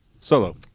solo